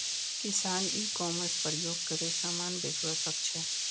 किसान e commerce प्रयोग करे समान बेचवा सकछे